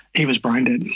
he was brain-dead.